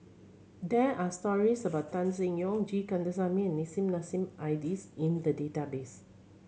there are stories about Tan Seng Yong G Kandasamy and Nissim Nassim Adis in the database